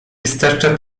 wystarcza